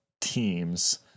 teams